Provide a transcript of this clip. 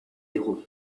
digu